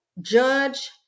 judge